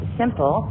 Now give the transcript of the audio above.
simple